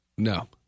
No